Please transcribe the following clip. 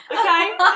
okay